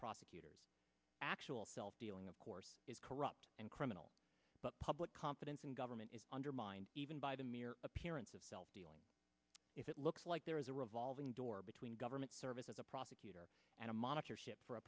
prosecutors actual self dealing of course is corrupt and criminal but public confidence in government is undermined even by the mere appearance of self dealing if it looks like there is a revolving door between government service as a prosecutor and a monitor ship for a